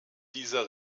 dieser